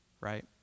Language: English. right